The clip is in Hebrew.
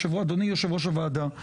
אדוני יושב ראש הוועדה,